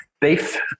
Beef